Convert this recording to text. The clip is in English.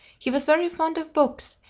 he was very fond of books,